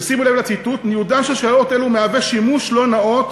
ושימו לב לציטוט: "ניודן של שעות אלו מהווה שימוש לא נאות